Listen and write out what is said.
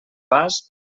pas